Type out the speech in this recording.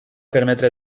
permetre